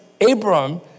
Abraham